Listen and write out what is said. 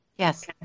Yes